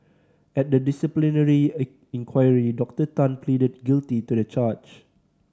at the disciplinary inquiry Doctor Tan pleaded guilty to the charge